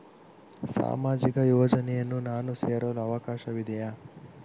ಸಾಮಾಜಿಕ ಯೋಜನೆಯನ್ನು ನಾನು ಸೇರಲು ಅವಕಾಶವಿದೆಯಾ?